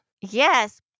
Yes